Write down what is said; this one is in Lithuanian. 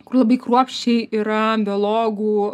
kur labai kruopščiai yra biologų